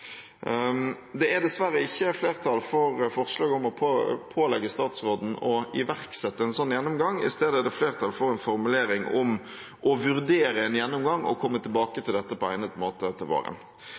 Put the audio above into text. Det er dessverre ikke flertall for forslaget om å pålegge statsråden å iverksette en slik gjennomgang. I stedet er det flertall for en formulering om å «vurdere en gjennomgang» og komme tilbake